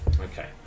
Okay